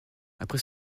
après